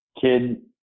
kid